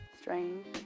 strange